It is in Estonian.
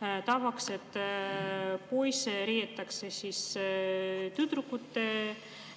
tavaks, et poisse riietatakse tüdrukute